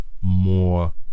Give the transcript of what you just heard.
more